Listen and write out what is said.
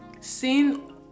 sin